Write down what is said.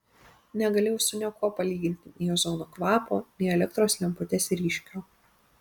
negalėjau su niekuo palyginti nei ozono kvapo nei elektros lemputės ryškio